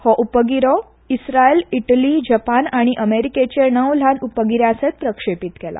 हो उपगिरो Israel Italy Japan आनी अमेरिकेचे णव ल्हान उपगिऱ्यां सयत प्रक्षेपीत केला